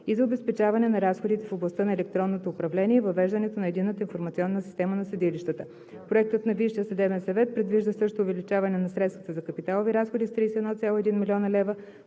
и за обезпечаване на разходите в областта на електронното управление и въвеждането на Единната информационна система на съдилищата. Проектът на Висшия съдебен съвет предвижда също увеличаване на средствата за капиталови разходи с 31,1 млн. лв.